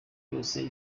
byose